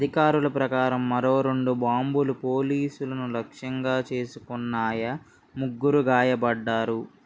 అధికారుల ప్రకారం మరో రెండు బాంబులు పోలీసులను లక్ష్యంగా చేసుకున్నాయ ముగ్గురు గాయపడ్డారు